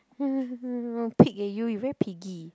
pig eh you you very piggy